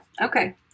Okay